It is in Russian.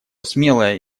смелая